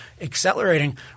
accelerating